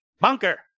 BUNKER